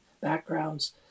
backgrounds